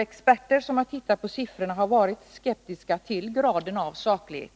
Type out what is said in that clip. Experter som har tittat på siffrorna har varit skeptiska till graden av saklighet.